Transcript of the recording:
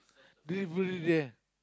do people live there